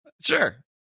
sure